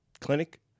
clinic